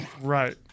right